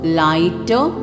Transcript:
lighter